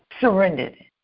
surrendered